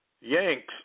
yanks